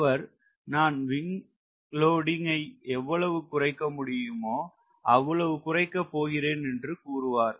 அவர் நான் wing loading wing loading WS ஐ எவ்வளவு குறைக்க முடியுமோ அவ்வளவு குறைக்க போகிறேன் என்று கூறுவார்